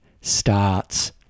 starts